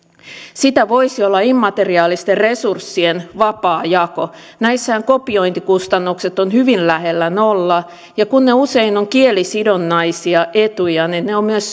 sitä voisi olla immateriaalisten resurssien vapaa jako näissähän kopiointikustannukset ovat hyvin lähellä nollaa ja kun ne usein ovat kielisidonnaisia etuja niin ne ovat myös